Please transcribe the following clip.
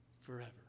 forever